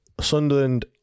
Sunderland